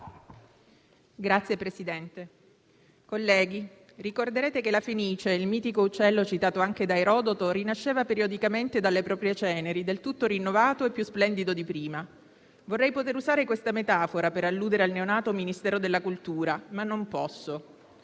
Presidente, signori colleghi, ricorderete che la fenice, il mitico uccello citato anche da Erodoto, rinasceva periodicamente dalle proprie ceneri del tutto rinnovato e più splendido di prima. Vorrei poter usare questa metafora per alludere al neonato Ministero della cultura, ma non posso.